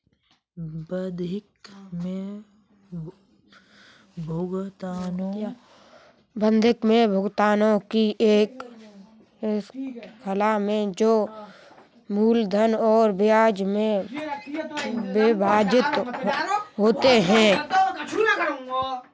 बंधक में भुगतानों की एक श्रृंखला में जो मूलधन और ब्याज में विभाजित होते है